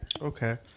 Okay